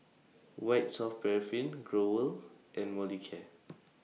White Soft Paraffin Growell and Molicare